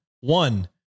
one